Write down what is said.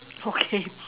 okay